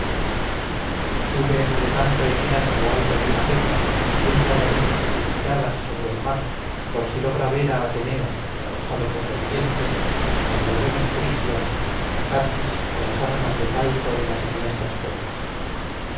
sube entre tanto eneas a lo alto de una peña y tiende a lo lejos sus miradas sobre el mar por si logra ver a ateneo trabajado por los vientos las birremes frigias a capis o las armas de caico en las enhiestas popas